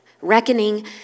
reckoning